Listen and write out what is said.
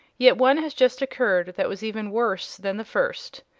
yet one has just occurred that was even worse than the first.